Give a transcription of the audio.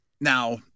Now